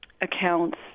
accounts